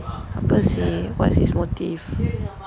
apa seh what his motive